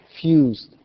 fused